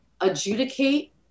adjudicate